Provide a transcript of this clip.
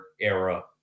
era